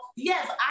Yes